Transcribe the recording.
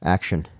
Action